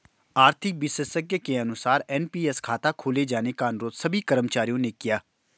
आर्थिक विशेषज्ञ के अनुसार एन.पी.एस खाता खोले जाने का अनुरोध सभी कर्मचारियों ने किया